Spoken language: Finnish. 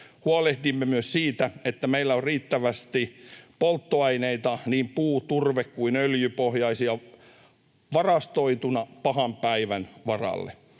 Huolehdimme myös siitä, että meillä on riittävästi polttoaineita — niin puu‑, turve- kuin öljypohjaisia — varastoituna pahan päivän varalle.